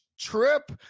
trip